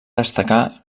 destacar